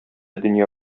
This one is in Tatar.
дөнья